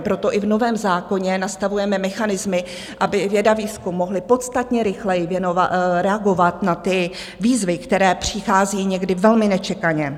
Proto i v novém zákoně nastavujeme mechanismy, aby věda, výzkum mohly podstatně rychleji reagovat na ty výzvy, které přicházejí někdy velmi nečekaně.